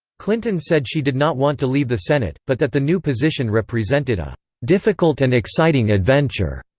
clinton said she did not want to leave the senate, but that the new position represented a difficult and exciting adventure.